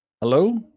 hello